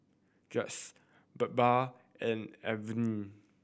Peyush Birbal and Arvind